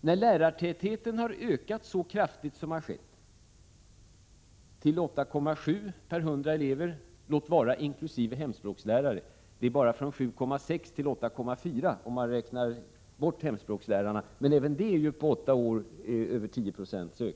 Lärartätheten har ökat kraftigt — till 8,7 lärare per 100 elever, låt vara inkl. hemspråkslärare. Den har bara ökat från 7,6 till 8,4 lärare per 100 elever, om man räknar bort hemspråkslärarna. Men även det är ju över 10 90 ökning på åtta år.